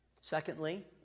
Secondly